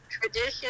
tradition